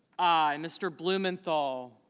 i. mr. blumenthal